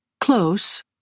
Close